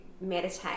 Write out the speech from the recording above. meditate